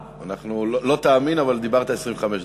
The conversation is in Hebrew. אנחנו, לא תאמין, אבל דיברת 25 דקות.